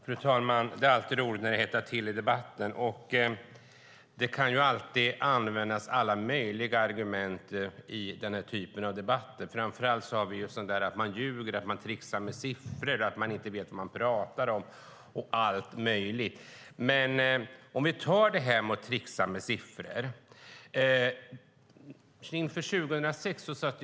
Fru talman! Det är alltid roligt när det hettar till i debatten. Man kan alltid använda alla möjliga argument i denna typ av debatter. Framför allt sägs det att man ljuger, tricksar med siffror, inte vet vad man pratar om och så vidare. När det gäller att tricksa med siffror kan jag säga följande.